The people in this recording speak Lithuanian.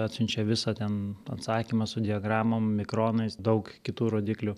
atsiunčia visą ten atsakymą su diagramom mikronais daug kitų rodiklių